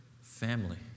family